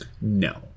No